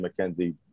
McKenzie